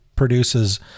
produces